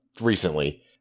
recently